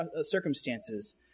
circumstances